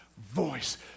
voice